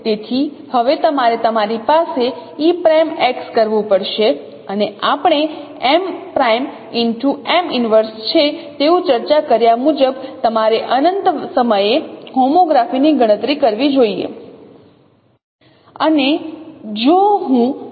તેથી હવે તમારે તમારી પાસે e'X કરવું પડશે અને આપણે છે તેવું ચર્ચા કર્યા મુજબ તમારે અનંત સમયે હોમોગ્રાફી ની ગણતરી કરવી જોઈએ